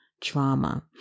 trauma